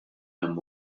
hemm